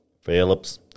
Phillips